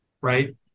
Right